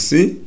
See